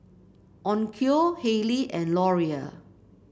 Onkyo Haylee and Laurier